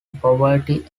poverty